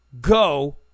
go